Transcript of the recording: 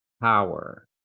power